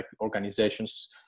organizations